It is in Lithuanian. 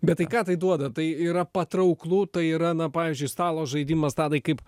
bet tai ką tai duoda tai yra patrauklu tai yra na pavyzdžiui stalo žaidimas tadai kaip